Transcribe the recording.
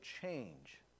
change